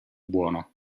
buono